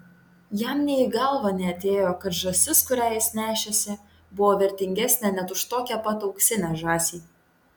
jam nė į galvą neatėjo kad žąsis kurią jis nešėsi buvo vertingesnė net už tokią pat auksinę žąsį